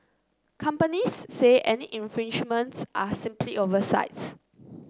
companies say any infringements are simply oversights